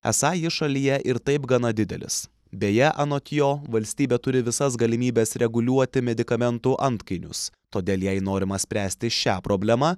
esą jis šalyje ir taip gana didelis beje anot jo valstybė turi visas galimybes reguliuoti medikamentų antkainius todėl jei norima spręsti šią problemą